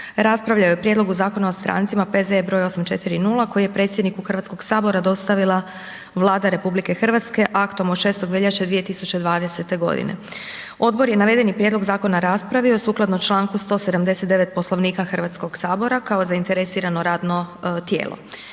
raspravljao je o Prijedlogu zakona o strancima P.Z.E. 840 koji je predsjedniku Hrvatskog sabora dostavila Vlada RH aktom od 6. veljače 2020. godine. Odbor je navedeni prijedlog zakona raspravio sukladno članku 179. Poslovnika Hrvatskog sabora kao zainteresirano radno tijelo.